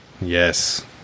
Yes